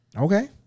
Okay